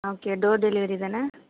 okay door டெலிவரிதானே